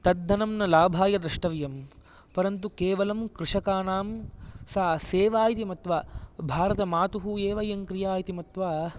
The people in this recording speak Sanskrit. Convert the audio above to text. तद्धनं न लाभाय द्रष्टव्यम् परन्तु केवलं कृषकाणाम् सा सेवा इति मत्वा भारतमातुः एवयन्क्रिया इति मत्वा